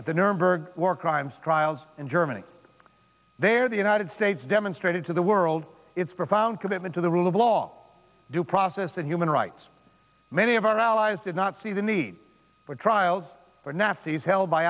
at the nuremberg work crimes trials in germany there the united states demonstrated to the world its profound commitment to the rule of law due process and human rights many of our allies did not see the need for trials for nasties held by